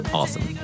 awesome